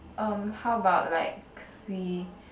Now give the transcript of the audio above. um how about like we